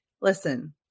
listen